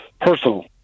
personal